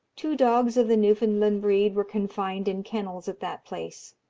two dogs of the newfoundland breed were confined in kennels at that place.